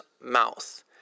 mouth